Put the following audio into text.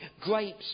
grapes